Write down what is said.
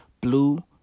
blue